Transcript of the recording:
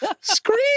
Scream